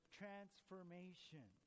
transformation